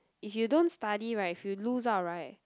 if you don't study right if you lose out right